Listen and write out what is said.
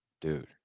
dude